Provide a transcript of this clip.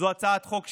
זאת הצעת החוק שלה.